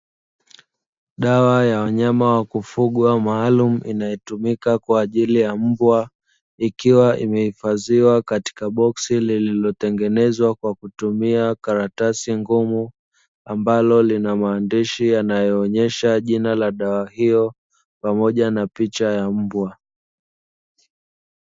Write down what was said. Dawa ya wanyama wa kufugwa maalumu inayotumika kwa ajili ya mbwa. Ikiwa imehifadhiwa katika boksi lililotengenezwa kwa kutumia karatasi ngumu, ambalo lina maandishi yanayoonyesha jina la dawa hiyo pamoja na picha ya mbwa.